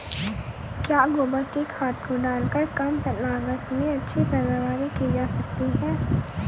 क्या गोबर की खाद को डालकर कम लागत में अच्छी पैदावारी की जा सकती है?